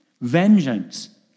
Vengeance